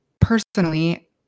personally